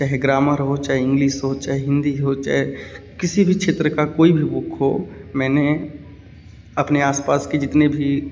चाहे ग्रामर हो चाहे इंग्लिश हो चाहे हिंदी हो चाहे किसी भी क्षेत्र का कोई भी बुक हो मैंने अपने आसपास के जितने भी